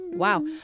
Wow